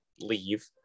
leave